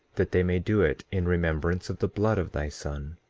that they may do it in remembrance of the blood of thy son,